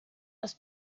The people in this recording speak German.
das